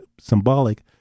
symbolic